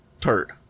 turd